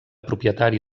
propietari